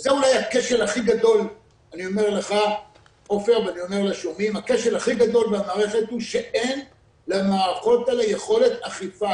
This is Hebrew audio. וזה אולי הכשל הכי גדול במערכת שאין למערכות האלה יכולת אכיפה.